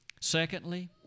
Secondly